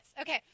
Okay